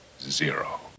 zero